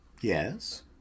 Yes